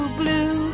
blue